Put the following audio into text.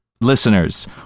listeners